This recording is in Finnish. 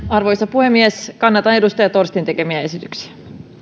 arvoisa puhemies kannatan edustaja torstin tekemiä esityksiä